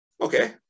okay